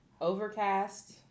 Overcast